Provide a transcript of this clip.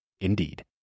Indeed